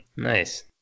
Nice